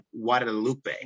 Guadalupe